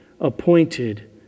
appointed